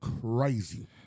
crazy